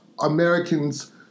Americans